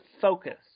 focus